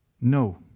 No